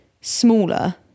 smaller